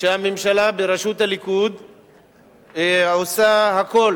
שהממשלה בראשות הליכוד עושה הכול